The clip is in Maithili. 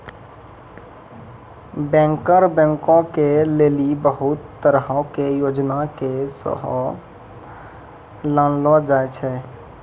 बैंकर बैंको के लेली बहुते तरहो के योजना के सेहो लानलो जाय छै